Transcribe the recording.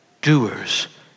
doers